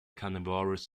carnivorous